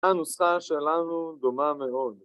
‫הנוסחה שלנו דומה מאוד.